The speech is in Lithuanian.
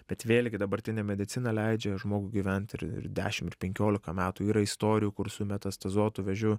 bet vėlgi dabartinė medicina leidžia žmogui gyvent ir dešim ir penkiolika metų yra istorijų kur su metastazuotu vėžiu